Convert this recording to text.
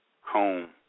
home